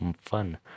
fun